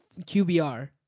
QBR